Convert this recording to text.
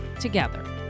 together